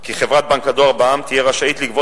כי חברת "בנק הדואר בע"מ" תהיה רשאית לגבות